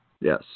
Yes